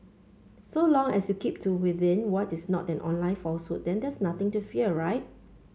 so long as you keep to within what is not an online falsehood then there's nothing to fear right